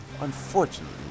unfortunately